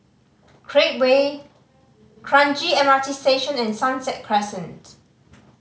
Create Way Kranji M R T Station and Sunset Crescent